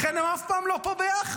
לכן הם פעם לא פה ביחד.